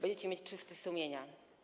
Będziecie mieć czyste sumienia.